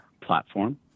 platform